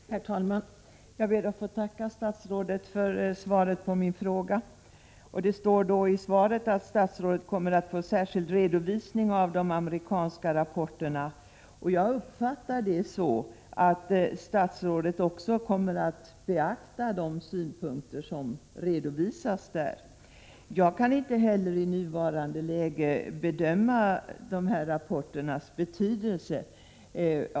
Herr talman! Jag ber att få tacka statsrådet för svaret på min fråga. Det står i svaret att statsrådet kommer att få en särskild redovisning av de amerikanska rapporterna. Jag uppfattar det så att statsrådet också kommer att beakta de synpunkter som där redovisas. Jag kan inte heller i nuvarande läge bedöma de här rapporternas betydelse.